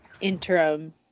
interim